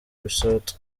resort